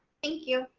thank you.